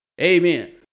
Amen